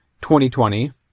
2020